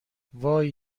وای